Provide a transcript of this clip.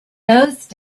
those